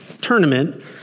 tournament